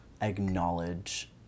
acknowledge